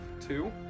Two